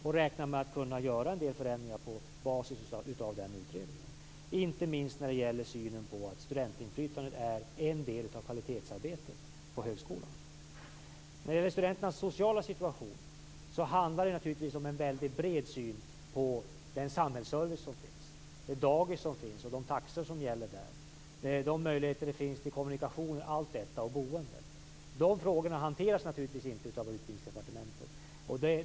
Jag räknar med att kunna genomföra en del förändringar på basis av den utredningen, inte minst när det gäller synen på att studentinflytande är en del av kvalitetsarbetet på högskolan. När det gäller studenternas sociala situation handlar det naturligtvis om en väldigt bred syn på den samhällsservice som finns. Det gäller de dagis som finns och de taxor som gäller där. Det gäller de möjligheter till kommunikationer, boende och allt sådant som finns. De frågorna hanteras naturligtvis inte av Utbildningsdepartementet.